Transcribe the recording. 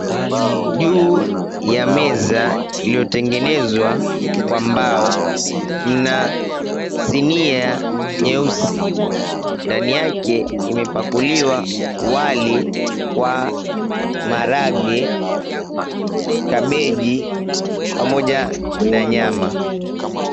Juu ya meza iliyotengenezwa kwa mbao mna sinia nyeusi, ndani yake mmepakuliwa wali kwa marage, kabeji pamoja na nyama.